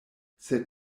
sed